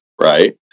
right